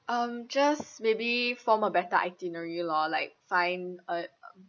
um just maybe form a better itinerary loh like find uh